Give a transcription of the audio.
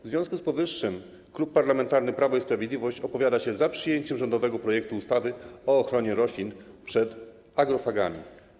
W związku z powyższym Klub Parlamentarny Prawo i Sprawiedliwość opowiada się za przyjęciem rządowego projektu ustawy o ochronie roślin przed agrofagami.